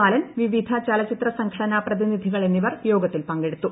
ബാലൻ വിവിധ ചലച്ചിത്ര സംഘ്ടന് പ്രതിനിധികൾ എന്നിവർ യോഗത്തിൽ പങ്കെടുത്തു